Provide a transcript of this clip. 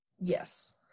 yes